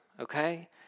okay